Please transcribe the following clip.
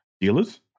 dealers